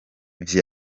gatatu